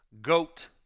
Goat